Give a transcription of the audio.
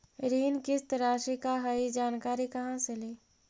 ऋण किस्त रासि का हई जानकारी कहाँ से ली?